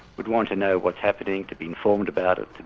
would want to know what's happening, to be informed about it,